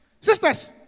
Sisters